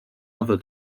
other